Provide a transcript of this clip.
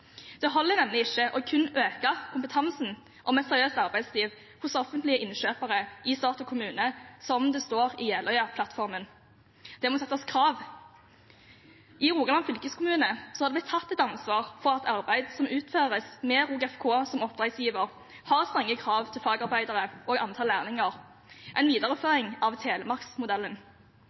Det holder nemlig ikke kun å «øke kompetansen om seriøst arbeidsliv hos offentlige innkjøpere i stat og kommune», som det står i Jeløya-plattformen. Det må settes krav. I Rogaland fylkeskommune har det blitt tatt et ansvar for at arbeid som utføres med RogFk, fylkeskommunen, som oppdragsgiver, har strenge krav til fagarbeidere og antall lærlinger – en videreføring av Telemarksmodellen.